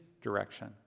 direction